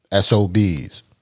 SOB's